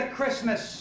Christmas